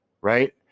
right